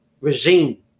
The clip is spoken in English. regime